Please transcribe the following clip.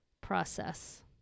process